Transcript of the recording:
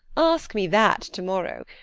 ask me that to-morrow.